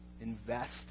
invest